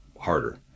harder